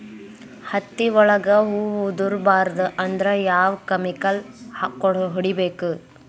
ಹತ್ತಿ ಒಳಗ ಹೂವು ಉದುರ್ ಬಾರದು ಅಂದ್ರ ಯಾವ ಕೆಮಿಕಲ್ ಹೊಡಿಬೇಕು?